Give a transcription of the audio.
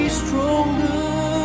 stronger